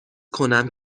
کنم